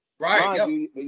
Right